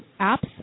apps